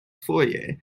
foje